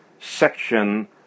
section